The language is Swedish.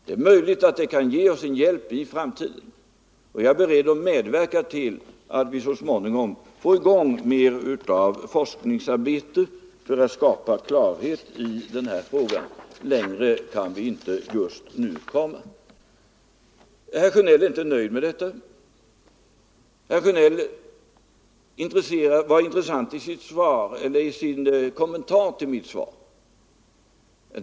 Det är möjligt att det kan ge oss en hjälp i framtiden, och jag är beredd att medverka till att vi så småningom får i gång mer av forskningsarbetet för att skapa klarhet i denna fråga. Längre kan vi just nu inte komma. Herr Sjönell är inte nöjd med detta. Herr Sjönell var intressant i sin kommentar till mitt svar.